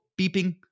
beeping